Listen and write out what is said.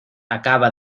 acababa